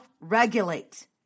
regulate